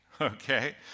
okay